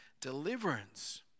deliverance